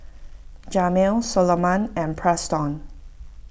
Jamel Soloman and Preston